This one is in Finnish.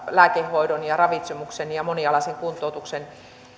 lääkehoidon ja ravitsemuksen ja monialaisen kuntoutuksen